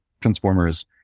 transformers